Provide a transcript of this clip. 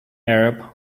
arab